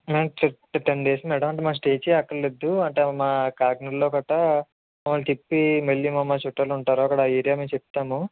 madam ten days madam అంటే మా స్టేకి అక్కర్లేదు అంటే మా కాకినాడలో గట్రా వాళ్ళు చెప్పి మళ్ళీ మా మ చుట్టాలుంటారు అక్కడ ఆ ఏరియా మేము చెప్తాము